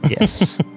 Yes